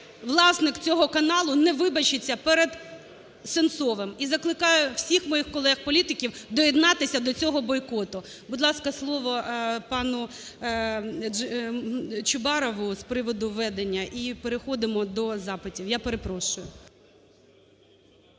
власник цього каналу не вибачиться передСенцовим. І закликаю всіх моїх колег-політиків доєднатися до цього бойкоту. Будь ласка, слово пануЧубарову з приводу ведення, і переходимо до запитів. Я перепрошую.